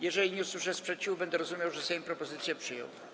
Jeżeli nie usłyszę sprzeciwu, będę rozumiał, że Sejm propozycje przyjął.